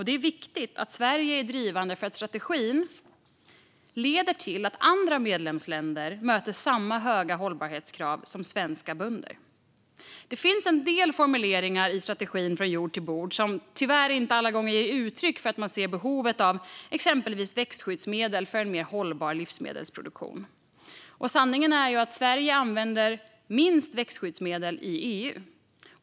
Det är viktigt att Sverige är drivande för att strategin leder till att andra medlemsländer möter samma höga hållbarhetskrav som svenska bönder. Det finns en del formuleringar i strategin från jord till bord som tyvärr inte alla gånger ger uttryck för att man ser behovet av exempelvis växtskyddsmedel för en mer hållbar livsmedelsproduktion. Sanningen är ju att Sverige använder minst växtskyddsmedel i EU.